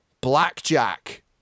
Blackjack